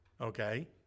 Okay